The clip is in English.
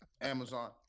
Amazon